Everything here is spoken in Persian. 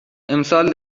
امسال